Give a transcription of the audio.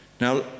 now